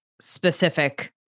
specific